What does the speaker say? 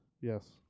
Yes